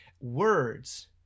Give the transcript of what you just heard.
words